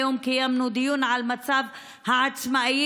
היום קיימנו דיון על מצב העצמאים.